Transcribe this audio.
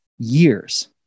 years